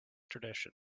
tradition